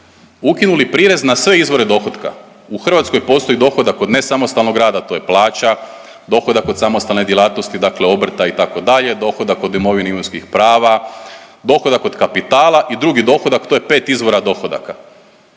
ukinuli prirez na sve izvore dohotka. U Hrvatskoj postoji dohodak od nesamostalnog rada, to je plaća, dohodak od samostalne djelatnosti, dakle obrta itd., dohodak od imovine i imovinskih prava, dohodak od kapitala i drugi dohodak, to je 5 izvora dohodaka